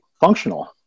functional